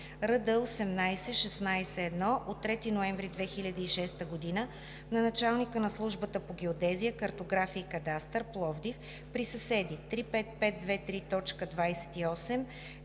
РД 18-16-1 от 3 ноември 2006 г. на началника на Службата по геодезия, картография и кадастър – Пловдив, при съседи: 35523.28.301,